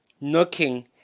knocking